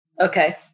Okay